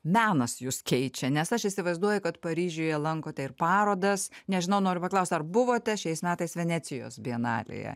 menas jus keičia nes aš įsivaizduoju kad paryžiuje lankote ir parodas nežinau noriu paklaust ar buvote šiais metais venecijos bienalėje